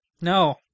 No